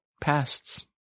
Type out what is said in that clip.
pasts